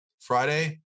friday